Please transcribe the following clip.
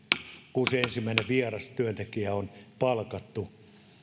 kun se ensimmäinen vieras työntekijä on palkattu